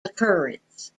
occurrence